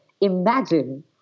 Imagine